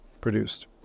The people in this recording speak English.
produced